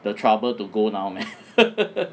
the trouble to go now man